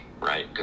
right